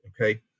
okay